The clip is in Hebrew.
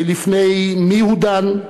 ולפני מי הוא דן,